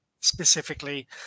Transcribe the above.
specifically